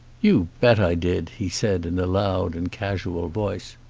you bet i did, he said, in a loud and casual voice.